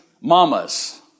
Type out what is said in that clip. mamas